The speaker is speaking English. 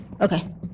Okay